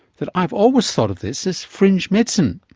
that i've always thought of this as fringe medicine.